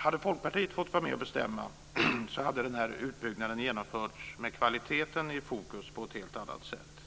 Hade Folkpartiet fått vara med och bestämma hade utbyggnaden genomförts med kvaliteten i fokus på ett helt annat sätt.